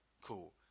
cool